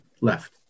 left